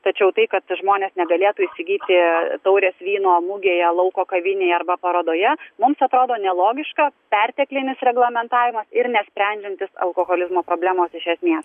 tačiau tai kad žmonės negalėtų įsigyti taurės vyno mugėje lauko kavinėje arba parodoje mums atrodo nelogiška perteklinis reglamentavimas ir nesprendžiantis alkoholizmo problemos iš esmės